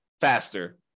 faster